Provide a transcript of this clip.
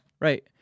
right